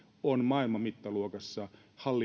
on maailman mittaluokassa